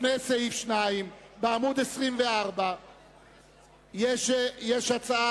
לפני סעיף 2, בעמוד 24. זה שמי?